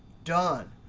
done.